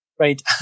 right